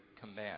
command